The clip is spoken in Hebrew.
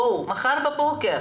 בואו, מחר בבוקר